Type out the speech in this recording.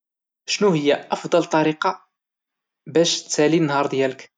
شنوهيا افضل طريقة باش تسالي النهار دي؟